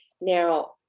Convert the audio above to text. Now